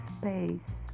space